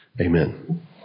Amen